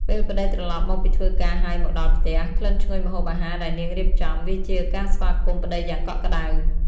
ពេលប្តីត្រឡប់មកពីធ្វើការហើយមកដល់ផ្ទះ ក្លិនឈ្ងុយម្ហូបអាហារដែលនាងរៀបចំ វាជាការស្វាគមន៍ប្ដីយ៉ាងកក់ក្ដៅ។